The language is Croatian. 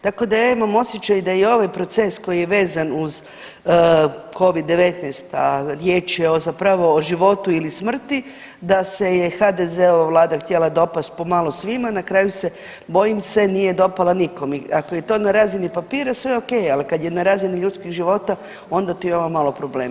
Tako da ja imam osjećaj da je i ovaj proces koji je vezan uz Covid-19. a riječ je zapravo o životu ili smrti da se je HDZ-ova vlada htjela dopasti po malo svima, na kraju se bojim se nije dopala nikom i ako je to na razini papira sve ok, ali je na razini ljudskih života onda ti je ovo malo problem.